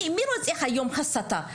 מי רוצה היום הסתה?